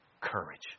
Courage